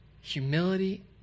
Humility